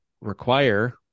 require